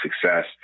success